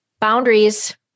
Boundaries